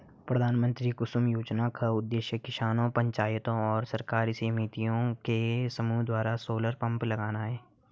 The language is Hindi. प्रधानमंत्री कुसुम योजना का उद्देश्य किसानों पंचायतों और सरकारी समितियों के समूह द्वारा सोलर पंप लगाना है